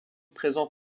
présents